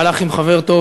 והלך עם חבר טוב,